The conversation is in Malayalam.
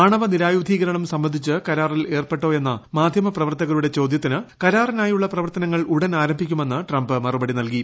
ആണവനിരായുധീകരണം സംബന്ധിച്ച് കരാറിൽ ഏർപ്പെട്ടോയ്യെന്നു മാധ്യമപ്രവർത്തകരുടെ ചോദ്യത്തിന് കരാറിനായുള്ളൂട്ട് പ്രപ്പ്വർത്തനങ്ങൾ ഉടൻ ആരംഭിക്കുമെന്ന് ട്രംപ് മറ്റുപ്പട്ടി നൽകി